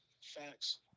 Facts